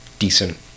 decent